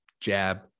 jab